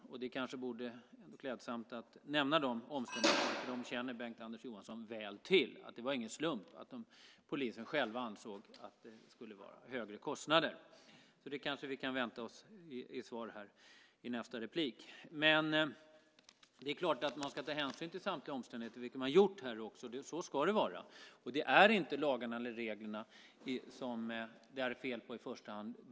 Det kanske vore klädsamt att nämna de omständigheterna, som Bengt-Anders Johansson känner väl till. Det var ingen slump att polisen själv ansåg att det skulle vara högre kostnader. Vi kanske kan vänta oss ett svar i nästa inlägg. Det är klart att man ska ta hänsyn till samtliga omständigheter, vilket man också har gjort här. Så ska det vara. Det är inte lagarna eller reglerna som det är fel på i första hand.